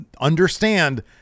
understand